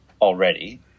already